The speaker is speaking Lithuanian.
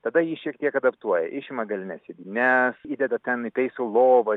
tada jį šiek tiek adaptuoja išima galines sėdynes įdeda ten įtaiso lovą